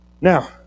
Now